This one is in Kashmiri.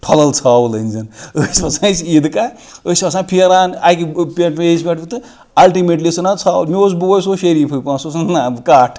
ٹھۄلَل ژھاوُل أنزین ٲسۍ وَسان أسۍ عیٖدگاہ ٲسۍ آسان پھیران اکہِ پٮ۪ٹھ بییِس پٮ۪ٹھ تہٕ اَلٹِمیٹلی ٲسۍ اَنان ژھاوُل مےٚ اوس بوے سُہ اوس شیٚریٖفٕے پَہَم سُہ اوس وَنان نہ کَٹھ